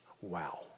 Wow